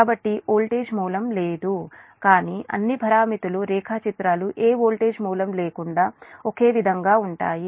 కాబట్టి వోల్టేజ్ మూలం లేదు కానీ అన్ని పారామితులు రేఖాచిత్రంలో ఏ వోల్టేజ్ మూలం లేకుండా ఒకే విధంగా ఉంటాయి